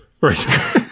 Right